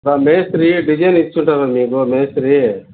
మేస్త్రి డిజైన్ ఇచ్చి ఉంటారు కదా మీకు మేస్త్రి